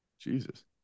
Jesus